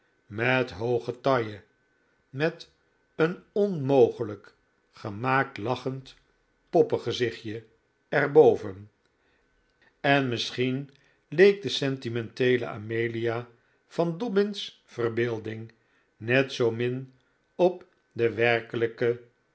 met hooge taille met een onmogelijk gemaakt lachend poppengezichtje er boven en misschien leek de sentimenteele amelia van dobbin's verbeelding net zoo min op de werkelijke